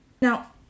Now